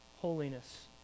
holiness